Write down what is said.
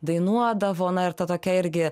dainuodavo na ir ta tokia irgi